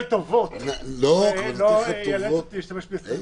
טובות ולא ייאלץ אותי להשתמש בהסתייגויות.